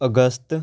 August